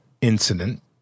incident